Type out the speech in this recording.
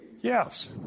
Yes